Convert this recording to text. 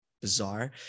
bizarre